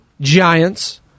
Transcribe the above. Giants